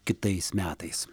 kitais metais